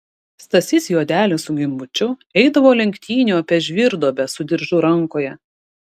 stasys juodelis su gimbučiu eidavo lenktynių apie žvyrduobę su diržu rankoje